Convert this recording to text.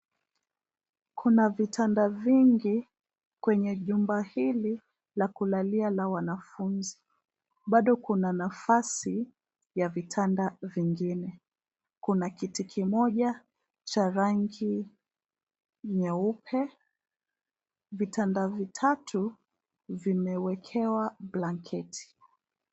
Kuna vitanda vingi kwenye jumba hili la kulalia la wanafunzi. Bado kuna nafasi ya vitanda vingine. Kuna kiti kimoja cha rangi nyeupe. Vitanda vitatu vimewekewa blanketi.